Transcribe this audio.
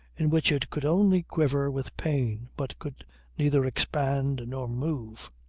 in which it could only quiver with pain but could neither expand nor move.